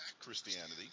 Christianity